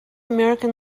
american